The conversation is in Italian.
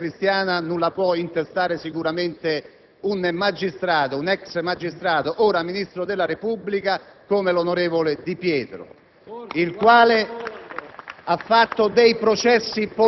perché la storia della Democrazia Cristiana non la può intestare sicuramente un ex magistrato, ora ministro della Repubblica, come l'onorevole Di Pietro.